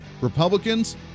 Republicans